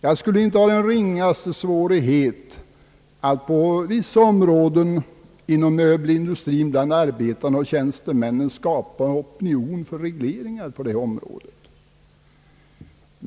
Jag skulle inte ha den ringaste svårighet att inom möbelindustrin, bland arbetarna och tjänstemännen skapa en opinion för regleringar på detta område.